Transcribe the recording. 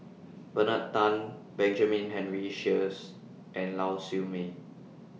Bernard Tan Benjamin Henry Sheares and Lau Siew Mei